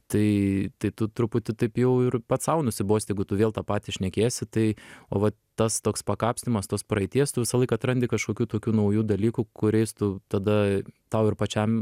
tai tai tu truputį taip jau ir pats sau nusibost jeigu tu vėl tą patį šnekėsi tai o va tas toks kapstymas tos praeities tu visąlaik atrandi kažkokių tokių naujų dalykų kuriais tu tada tau ir pačiam